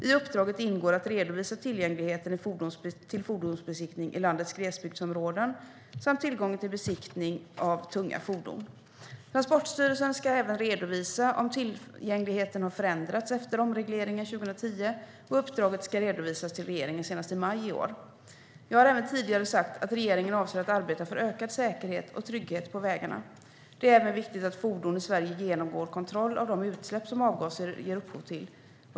I uppdraget ingår att redovisa tillgängligheten till fordonsbesiktning i landets glesbygdsområden samt tillgången till besiktning av tunga fordon. Transportstyrelsen ska även redovisa om tillgängligheten har förändrats efter omregleringen 2010. Uppdraget ska redovisas till regeringen senast i maj i år. Jag har även tidigare sagt att regeringen avser att arbeta för ökad säkerhet och trygghet på vägarna. Det är även viktigt att fordon i Sverige genomgår kontroll av de utsläpp som avgaser ger upphov till.